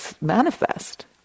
manifest